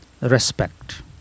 Respect